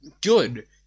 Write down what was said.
good